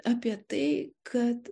apie tai kad